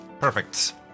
Perfect